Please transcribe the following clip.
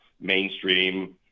mainstream